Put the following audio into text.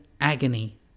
agony